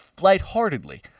lightheartedly